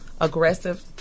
aggressive